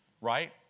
right